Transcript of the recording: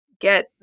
get